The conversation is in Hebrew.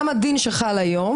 כלומר גם הדין שחל היום